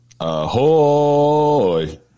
Ahoy